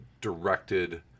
directed